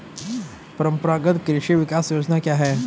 परंपरागत कृषि विकास योजना क्या है?